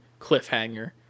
cliffhanger